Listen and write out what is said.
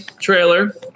trailer